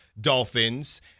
dolphins